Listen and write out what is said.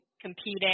competing